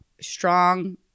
strong